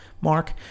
mark